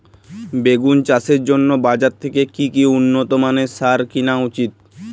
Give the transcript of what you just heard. বেগুন চাষের জন্য বাজার থেকে কি উন্নত মানের সার কিনা উচিৎ?